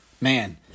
man